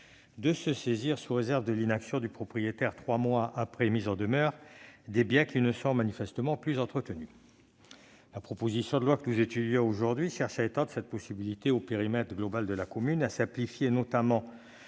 de se saisir, sous réserve de l'inaction du propriétaire trois mois après mise en demeure, des biens qui ne sont manifestement plus entretenus. La proposition de loi que nous étudions aujourd'hui cherche à étendre cette possibilité au périmètre global de la commune et à la simplifier, notamment